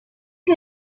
que